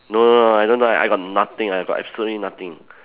no no no I don't know that I got nothing I've got absolutely nothing